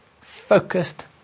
focused